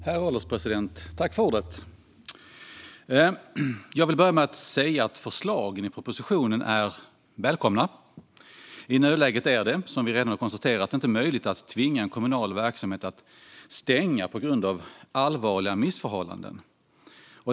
Herr ålderspresident! Förslagen i propositionen är välkomna. I nuläget är det, som vi redan har konstaterat, inte möjligt att tvinga en kommunal verksamhet att stänga på grund av allvarliga missförhållanden.